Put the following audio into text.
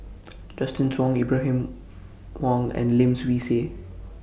Justin Zhuang Ibrahim Awang and Lim Swee Say